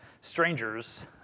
strangers